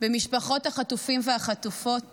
במשפחות החטופים והחטופות